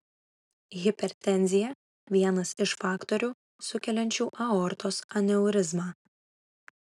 hipertenzija vienas iš faktorių sukeliančių aortos aneurizmą